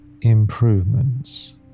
improvements